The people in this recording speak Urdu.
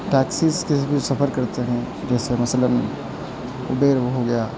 ٹیکسیز کے بھی سفر کرتے ہیں جیسے مثلاً اوبیر ہو گیا